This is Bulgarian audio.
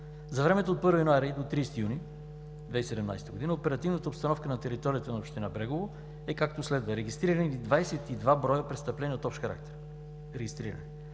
За времето от 1 януари до 30 юни 2017 г. оперативната обстановка на територията на община Брегово е както следва: регистрирани 22 броя престъпления от общ характер,